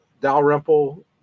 Dalrymple